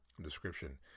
Description